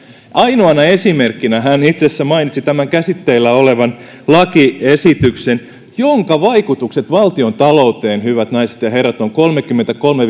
ainoana esimerkkinä hän mainitsi tämän käsitteillä olevan lakiesityksen jonka vaikutukset valtiontalouteen hyvät naiset ja herrat ovat kolmekymmentäkolme